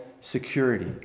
security